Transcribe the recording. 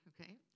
okay